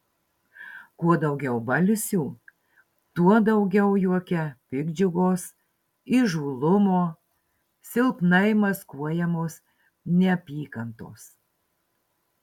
kuo daugiau balsių tuo daugiau juoke piktdžiugos įžūlumo silpnai maskuojamos neapykantos